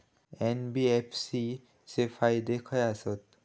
NBFC चे फायदे खाय आसत?